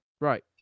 right